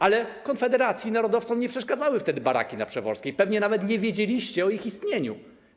Ale Konfederacji, narodowcom nie przeszkadzały wtedy baraki na Przeworskiej, pewnie nawet nie wiedzieliście o ich istnieniu.